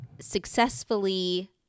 successfully